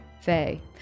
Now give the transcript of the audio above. Faye